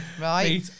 right